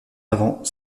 avant